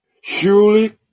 surely